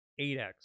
8x